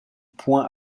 point